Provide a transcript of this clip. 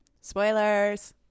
spoilers